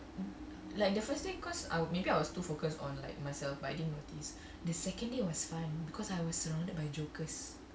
like the first thing cause I would maybe I was to focus on like myself but I didn't notice the second it was fine because I was surrounded by jokers